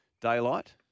Daylight